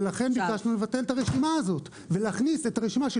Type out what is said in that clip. ולכן ביקשנו לבטל את הרשימה הזאת ולהכניס את הרשימה של